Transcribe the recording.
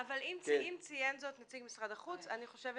אבל אם ציין זאת נציג משרד החוץ אני חושבת